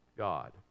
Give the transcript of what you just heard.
God